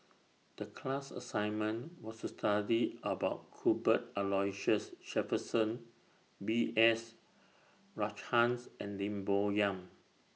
The class assignment was to study about Cuthbert Aloysius Shepherdson B S Rajhans and Lim Bo Yam